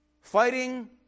Fighting